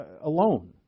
alone